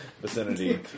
vicinity